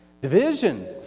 division